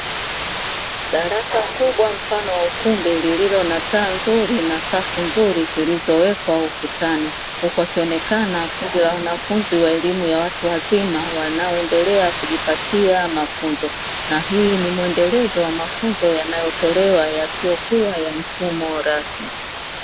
Darasa kubwa mfano wa ukumbi lililo na taa nzuri na safu nzuri zilizowekwa ukutani, huku wakionekana kundi la wanafunzi wa elimu ya watu wazima wanaoendelea kujipatia mafunzo. Na hii ni mwendelezo wa mafunzo yanayotolewa yasiyokuwa ya mfumo rasmi.